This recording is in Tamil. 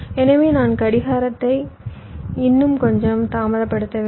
எனவே நான் கடிகாரத்தை இன்னும் கொஞ்சம் தாமதப்படுத்த வேண்டும்